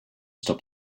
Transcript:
stop